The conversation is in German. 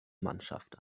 mannschaft